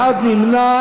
אחד נמנע.